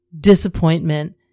disappointment